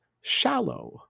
shallow